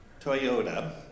Toyota